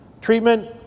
Treatment